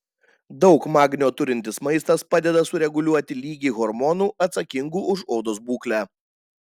daug magnio turintis maistas padeda sureguliuoti lygį hormonų atsakingų už odos būklę